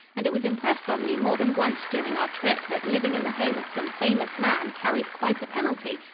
and it was impressed on me more than once during our trip that living in the home of some famous man carries quite a penalty,